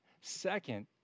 Second